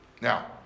Now